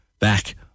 back